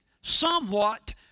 somewhat